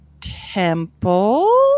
temple